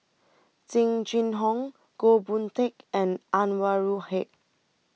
Jing Jun Hong Goh Boon Teck and Anwarul Haque